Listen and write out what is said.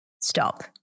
stop